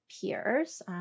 peers